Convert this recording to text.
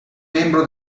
membro